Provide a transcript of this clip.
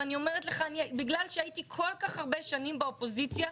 ואני אומרת לך: בגלל שהייתי כל כך הרבה שנים באופוזיציה,